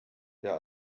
der